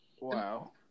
Wow